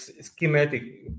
schematic